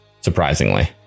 Surprisingly